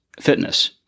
fitness